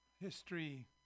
history